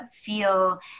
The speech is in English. feel